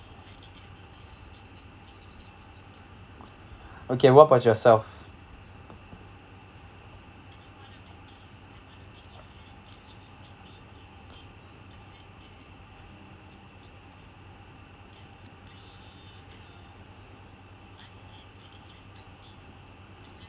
okay what about yourself